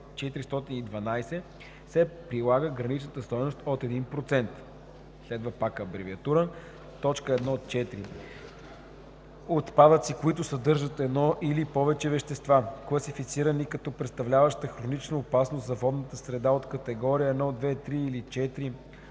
се прилага гранична стойност от 0,1%. Щ с (Н400) > 25 %]. 1.3. Отпадъци, които съдържат едно или повече вещества, класифицирани като представляващи хронична опасност за водната среда от категории 1, 2 или 3